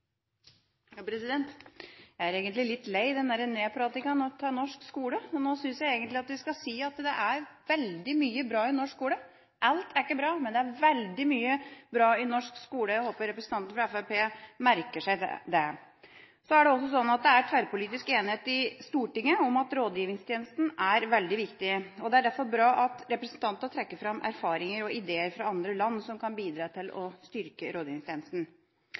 egentlig litt lei nedpratingen av norsk skole. Nå synes jeg egentlig at vi skal si at det er veldig mye bra i norsk skole. Alt er ikke bra, men det er veldig mye bra i norsk skole. Jeg håper representanten fra Fremskrittspartiet merker seg det. Så er det også slik at det er tverrpolitisk enighet i Stortinget om at rådgivningstjenesten er veldig viktig. Det er derfor bra at representantene trekker fram erfaringer og ideer fra andre land, som kan bidra til å styrke